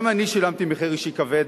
גם אני שילמתי מחיר אישי כבד